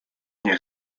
nie